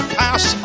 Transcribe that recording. pass